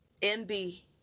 mb